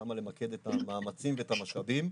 שם למקד את המאמצים ואת המשאבים.